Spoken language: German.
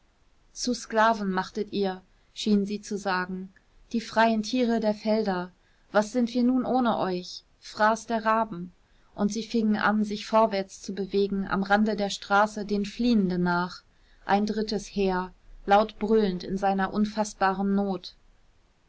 zu sklaven machtet ihr schienen sie zu sagen die freien tiere der felder was sind wir nun ohne euch fraß der raben und sie fingen an sich vorwärts zu bewegen am rande der straße den fliehenden nach ein drittes heer laut brüllend in seiner unfaßbaren not